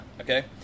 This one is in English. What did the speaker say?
Okay